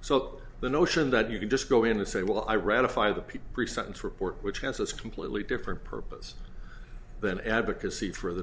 so the notion that you can just go in and say well i ratify the piece pre sentence report which has a completely different purpose than advocacy for the